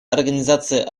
организация